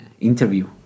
interview